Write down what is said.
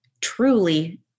truly